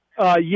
Yes